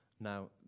Now